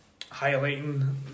highlighting